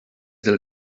del